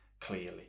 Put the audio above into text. clearly